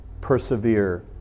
persevere